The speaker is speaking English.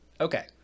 Okay